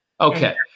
Okay